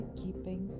keeping